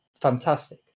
fantastic